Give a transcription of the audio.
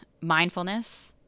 Mindfulness